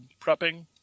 prepping